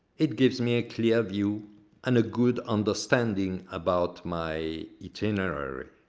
it gives me a clear view and a good understanding about my itinerary.